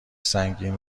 سنگین